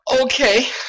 Okay